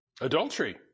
Adultery